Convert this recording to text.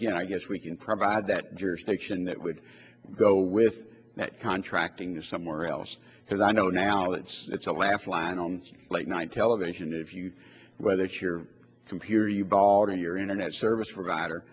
again i guess we can provide that jurisdiction that would go with that contracting or somewhere else because i know now it's it's a laugh line on late night television if you buy that your computer you bought and your internet service provider